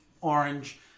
orange